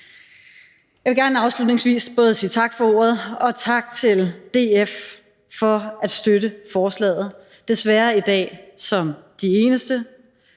Jeg vil gerne afslutningsvis både sige tak for ordet og tak til DF for at støtte forslaget – desværre i dag som de eneste.